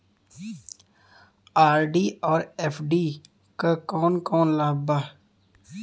RD और FD क कौन कौन लाभ बा?